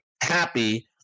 happy